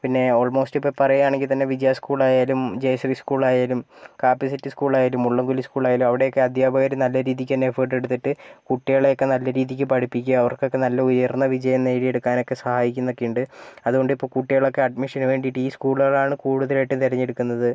പിന്നെ ഓൾമോസ്റ്റ് ഇപ്പം പറയുവാണെങ്കിൽ തന്നെ വിജയ സ്കൂൾ ആയാലും ജയശ്രീ സ്കൂൾ ആയാലും കാപ്പിസെറ്റ് സ്കൂൾ ആയാലും മുള്ളൻകൊല്ലി സ്കൂൾ ആയാലും അവിടെയൊക്കെ അധ്യാപകർ നല്ല രീതിക്ക് തന്നെ എഫേർട്ട് എടുത്തിട്ട് കുട്ടികളെയൊക്കെ നല്ല രീതിക്ക് പഠിപ്പിക്കുക അവർക്കൊക്കെ നല്ല ഉയർന്ന വിജയം നേടിയെടുക്കാനൊക്കെ സഹായിക്കുന്നൊക്കെ ഉണ്ട് അതുകൊണ്ട് ഇപ്പോൾ കുട്ടികളൊക്കെ അഡ്മിഷന് വേണ്ടിയിട്ട് ഈ സ്കൂളുകളാണ് കൂടുതലായിട്ടും തിരഞ്ഞെടുക്കുന്നത്